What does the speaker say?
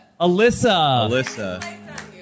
Alyssa